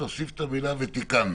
תוסיף את המילה ותיקנו.